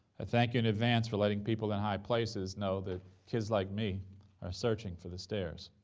ah thank you in advance for letting people in high places know that kids like me are searching for the stairs.